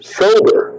sober